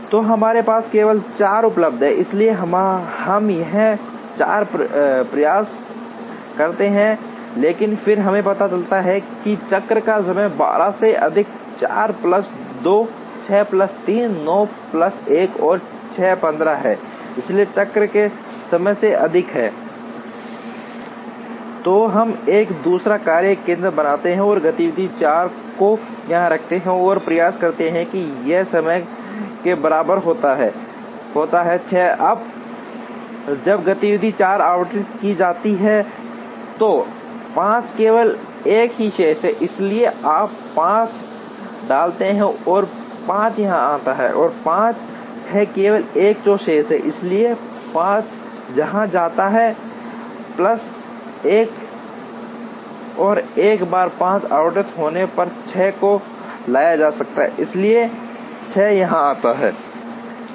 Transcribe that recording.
तो हमारे पास केवल 4 उपलब्ध हैं इसलिए हम यहां 4 प्रयास करते हैं लेकिन फिर हमें पता चलता है कि चक्र का समय 12 से अधिक 4 प्लस 2 6 प्लस 3 9 प्लस एक और 6 15 है इसलिए चक्र समय से अधिक है तो हम एक दूसरा कार्य केंद्र बनाते हैं और गतिविधि 4 को यहाँ रखते हैं और प्रयास करते हैं यह समय के बराबर होता है 6 अब जब गतिविधि 4 आवंटित की जाती है तो 5 केवल एक ही शेष है इसलिए आप 5 डालते हैं 5 यहाँ आता है 5 है केवल एक जो शेष है इसलिए 5 यहां जाता है प्लस 1 और एक बार 5 आवंटित होने पर 6 को लाया जा सकता है इसलिए 6 यहां आता है